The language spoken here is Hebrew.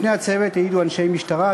בפני הצוות העידו אנשי משטרה,